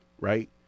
right